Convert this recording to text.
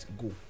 Go